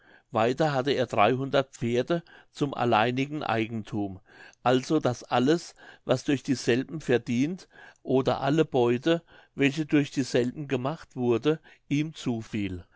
weiter hatte er dreihundert pferde zum alleinigen eigenthum also daß alles was durch dieselben verdient oder alle beute welche durch dieselben gemacht wurde ihm zufiel